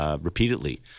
repeatedly